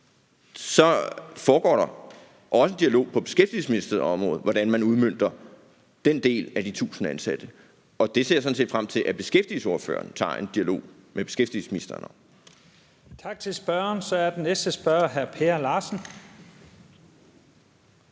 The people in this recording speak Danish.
Så foregår der også en dialog på Beskæftigelsesministeriets område om, hvordan man udmønter den del om de 1.000 ansatte, og det ser jeg sådan set frem til at beskæftigelsesordføreren tager en dialog med beskæftigelsesministeren om. Kl. 10:36 Første næstformand (Leif Lahn